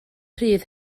rhydd